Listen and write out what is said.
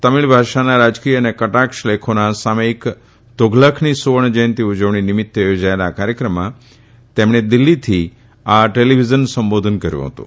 તમીલ ભાષાના રાજકીય અને કટાક્ષ લેખોના સામયિક તુઘલકની સુવર્ણ જયંતી ઉજવણી નિમિત્ત યોજાયેલા આ કાર્યક્રમમાં તેમણે દિલ્હીથી આ ટેલીવીઝન સંબોધન કર્યુ હતું